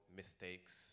mistakes